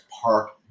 park